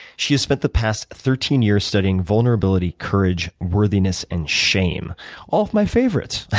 she has spent the past thirteen years studying vulnerability, courage, worthiness, and shame all of my favorites.